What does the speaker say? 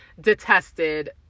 detested